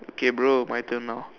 okay bro my turn now